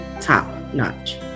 top-notch